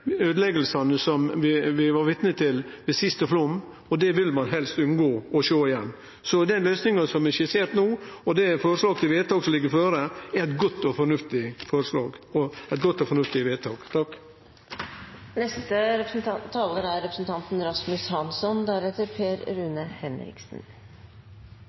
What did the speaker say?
Vi var vitne til øydeleggingane ved den siste flaumen, og det vil vi helst unngå å sjå igjen. Så den løysinga som er skissert no, og det forslaget til vedtak som ligg føre, er eit godt og fornuftig forslag og eit godt og fornuftig vedtak. På mitt spørsmål er